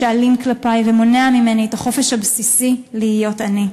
שאלים כלפי ומונע ממני את החופש הבסיסי להיות אני.